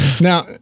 Now